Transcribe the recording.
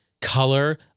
color